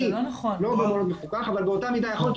אני לא במעון מפוקח אבל באותה מידה יכולתי